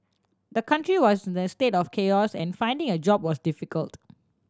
the country was in a state of chaos and finding a job was difficult